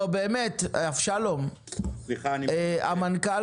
אבשלום, המנכ"ל